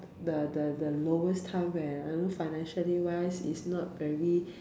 the the the lowest time where you know financially wise its not very